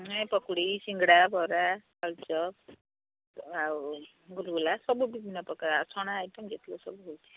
ନାଇ ପକୋଡ଼ି ସିଙ୍ଗଡ଼ା ବରା ଆଳୁଚପ୍ ଆଉ ଗୁଲୁଗୁଲା ସବୁ ବିଭିନ୍ନ ପ୍ରକାର ଆଉ ଛଣା ଆଇଟମ୍ ଯେତିକ ସବୁ ହେଉଛି